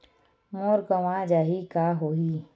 मोर गंवा जाहि का होही?